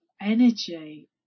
energy